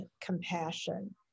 compassion